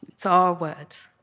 it! s our word